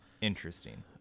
Interesting